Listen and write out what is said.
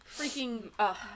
Freaking